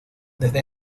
desde